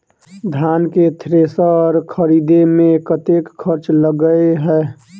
धान केँ थ्रेसर खरीदे मे कतेक खर्च लगय छैय?